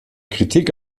kritik